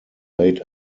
late